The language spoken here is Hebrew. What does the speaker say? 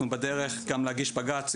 אנחנו בדרך גם להגיש בג"צ,